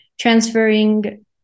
transferring